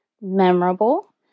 memorable